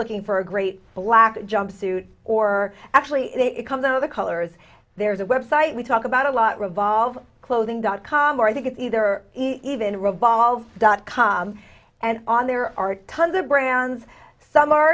looking for a great black jumpsuit or actually it comes out of the colors there's a website we talk about a lot revolve clothing dot com or i think it's either even a revolver dot com and on there are tons of brands some are